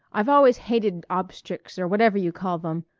i've always hated obstrics, or whatever you call them.